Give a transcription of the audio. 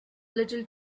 little